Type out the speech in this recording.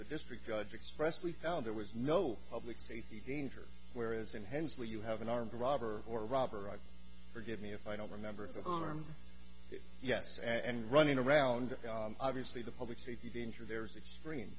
district judge expressed we found there was no public safety danger where as in hensley you have an armed robber or robber i forgive me if i don't remember yes and running around obviously the public safety danger there's extreme